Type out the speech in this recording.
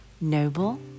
noble